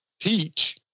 teach